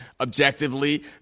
objectively